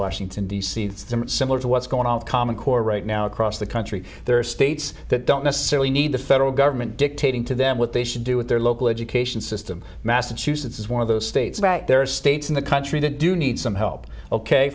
washington d c it's similar to what's going on the common core right now across the country there are states that don't necessarily need the federal government dictating to them what they should do with their local education system massachusetts is one of those states about there are states in the country to do need some help ok